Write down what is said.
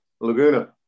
Laguna